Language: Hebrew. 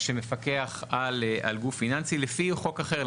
שמפקח על גוף פיננסי לפי חוק אחר,